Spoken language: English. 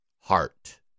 Heart